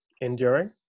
enduring